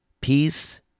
Peace